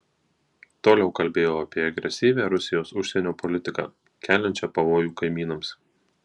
toliau kalbėjau apie agresyvią rusijos užsienio politiką keliančią pavojų kaimynams